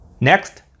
Next